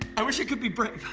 i wish i could be brave